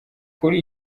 kuri